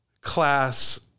class